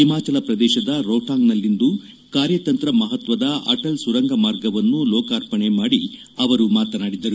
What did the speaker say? ಹಿಮಾಚಲ ಪ್ರದೇಶದ ರೋಹ್ವಾಂಗ್ನಲ್ಲಿಂದು ಕಾರ್ಯತಂತ್ರ ಮಹತ್ವದ ಅಟಲ್ ಸುರಂಗ ಮಾರ್ಗವನ್ನು ಲೋಕಾರ್ಪಣೆ ಮಾಡಿ ಅವರು ಮಾತನಾಡಿದರು